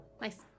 Nice